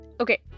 Okay